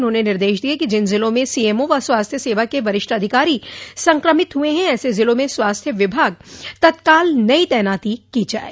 उन्होंने निर्देश दिये कि जिन जिलों में सीएमओ व स्वास्थ्य सेवा के वरिष्ठ अधिकारी संक्रमित हुए हो ऐसे जिलों में स्वास्थ्य विभाग तत्काल नई तैनाती की जाये